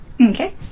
Okay